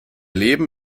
leben